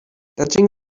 touching